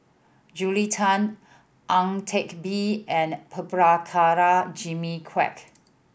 Julia Tan Ang Teck Bee and Prabhakara Jimmy Quek